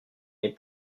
nez